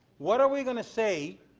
what are we going to say